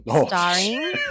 starring